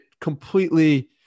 completely